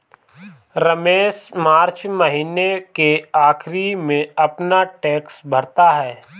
Ramesh March महीने के आखिरी में अपना टैक्स भरता है